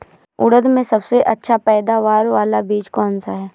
उड़द में सबसे अच्छा पैदावार वाला बीज कौन सा है?